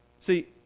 See